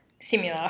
similar